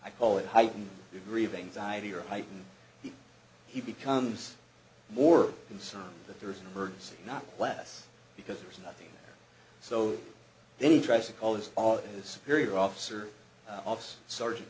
i call it a heightened degree of anxiety or heightened he he becomes more concerned that there is an emergency not less because there's nothing so then he tries to call this all is superior officer office sergeant